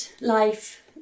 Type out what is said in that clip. life